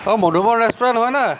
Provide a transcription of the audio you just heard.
অঁ মধুবন ৰেষ্টুৰেন্ট হয়নে